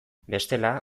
bestela